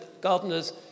gardeners